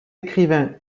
écrivain